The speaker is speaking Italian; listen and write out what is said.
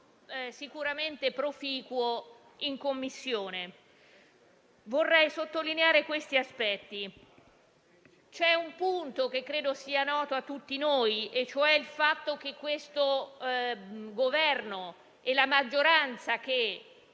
sicuramente proficuo nelle Commissioni. Vorrei sottolineare alcuni aspetti. C'è un punto che credo sia noto a tutti noi; mi riferisco al fatto che il Governo e la maggioranza che